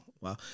wow